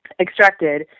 extracted